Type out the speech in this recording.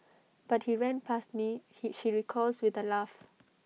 but he ran past me he she recalls with A laugh